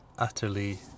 Utterly